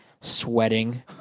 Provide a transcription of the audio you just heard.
sweating